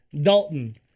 Dalton